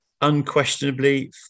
Unquestionably